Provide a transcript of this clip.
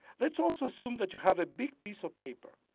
let's also assume that you have a big piece of paper,